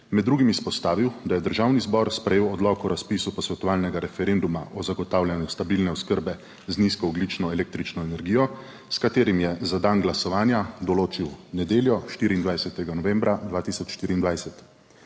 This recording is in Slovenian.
med drugim izpostavil, da je Državni zbor sprejel Odlok o razpisu posvetovalnega referenduma o zagotavljanju stabilne oskrbe z nizkoogljično električno energijo, s katerim je za dan glasovanja določil nedeljo, 24. novembra 2024.